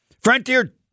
Frontier